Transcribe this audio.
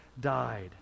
died